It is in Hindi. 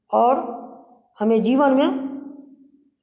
और हमें जीवन में